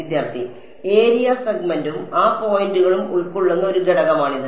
വിദ്യാർത്ഥി ഏരിയ സെഗ്മെന്റും ആ പോയിന്റുകളും ഉൾക്കൊള്ളുന്ന ഒരു ഘടകമാണിത്